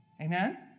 Amen